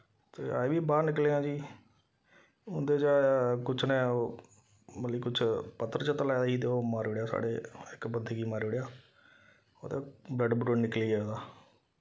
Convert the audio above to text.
ते अस बी बाह्र निकले आं जी उंदे चा किश ने ओह् मतलब कि किश पत्थर शत्थर लाए दा हा ते ओह् मारी ओड़ेआ साढ़े इक बंदे गी मारी ओड़ेआ ओह्दे ब्लड ब्लुड निकली गेआ ओह्दा